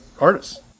artists